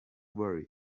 worry